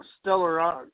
stellar